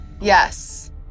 Yes